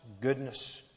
goodness